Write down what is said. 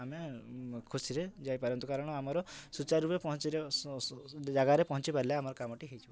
ଆମେ ଖୁସିରେ ଯାଇପାରନ୍ତୁ କାରଣ ଆମର ସୂଚାରରୂପେ ପହଞ୍ଚିର ଜାଗାରେ ପହଞ୍ଚିପାରିଲେ ଆମର କାମଟି ହୋଇଯିବ